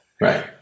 right